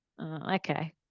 Okay